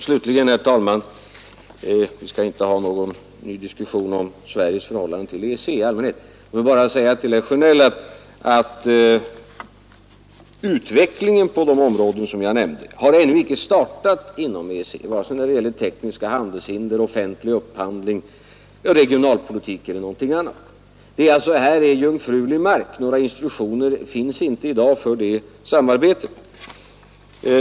Slutligen, herr talman — vi skall inte ha någon ny diskussion om Sveriges förhållande till EEC i allmänhet — vill jag bara säga till herr Sjönell att utvecklingen på de områden som jag nämnde har ännu icke startat inom EEC vare sig när det gäller tekniska handelshinder, offentlig upphandling, regionalpolitik eller något annat. Det här är alltså jungfrulig mark, några institutioner finns inte i dag för det samarbetet.